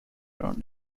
around